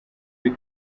the